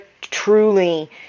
truly